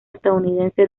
estadounidense